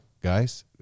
Guys